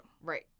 Right